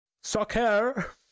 soccer